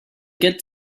get